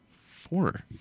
Four